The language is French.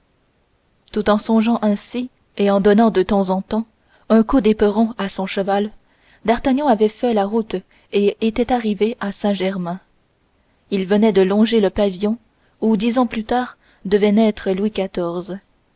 tout en songeant ainsi et en donnant de temps en temps un coup d'éperon à son cheval d'artagnan avait fait la route et était arrivé à saint-germain il venait de longer le pavillon où dix ans plus tard devait naître louis